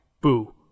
boo